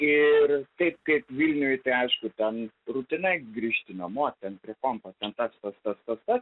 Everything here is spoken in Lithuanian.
ir taip kaip vilniuj tai aišku ten rutina grįžti namo ten prie kompo ten tas tas tas tas tas